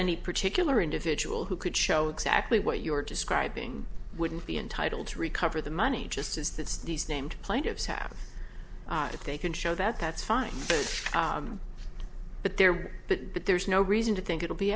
any particular individual who could show exactly what you're describing wouldn't be entitled to recover the money just as that's these named plaintiffs have if they can show that that's fine but there but there's no reason to think it will be